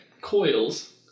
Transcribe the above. coils